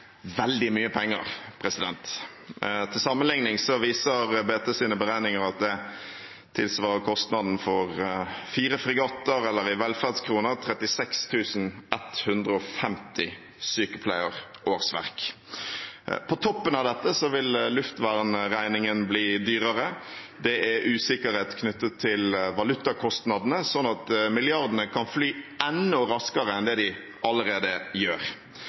at det tilsvarer kostnaden for fire fregatter – eller i velferdskroner 36 150 sykepleierårsverk. På toppen av dette vil luftvernsregningen bli dyrere. Det er usikkerhet knyttet til valutakostnadene, slik at milliardene kan fly enda raskere enn det de allerede gjør.